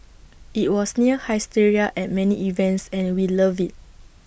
IT was near hysteria at many events and we loved IT